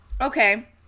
Okay